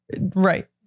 Right